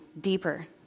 deeper